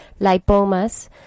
lipomas